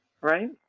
Right